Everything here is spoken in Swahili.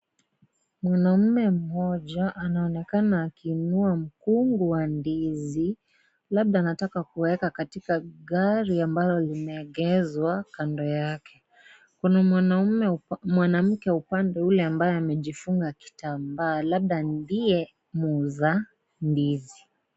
Mwanaume mmoja anaonekana akinunua mfungu wa ndizi, labda anataka kuweka katika gari ambalo limeegeshwa kando yake. Kuna mwanaume, mwanamke upande ule ambaye amejifunga kitambaa, labda ndiye mwuuza ndizi.